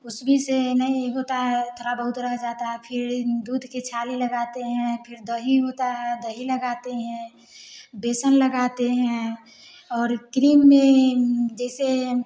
उस भी से नहीं होता है थोड़ बहुत रह जाता है फिर इन दूध के छाली लगाते हैं फिर दही होता है दही होता है दही लगाते हैं बेसन लगाते हैं और क्रीम में जैसे